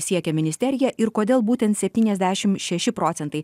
siekia ministerija ir kodėl būtent septyniasdešim šeši procentai